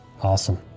Awesome